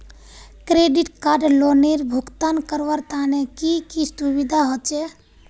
Credit card लोनेर भुगतान करवार तने की की सुविधा होचे??